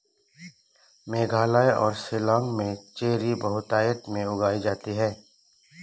मेघालय और शिलांग में चेरी बहुतायत में उगाई जाती है